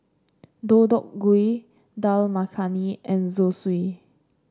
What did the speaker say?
Deodeok Gui Dal Makhani and Zosui